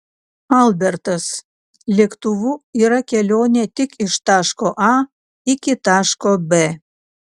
albertas lėktuvu yra kelionė tik iš taško a iki taško b